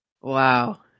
wow